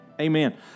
Amen